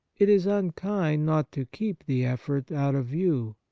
it is unkind not to keep the effort out of view.